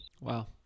Wow